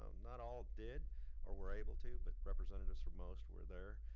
not all did or were able to but representatives from most were there.